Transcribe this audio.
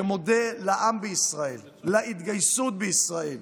שמודה לעם בישראל, להתגייסות בישראל.